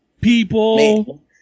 People